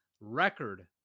record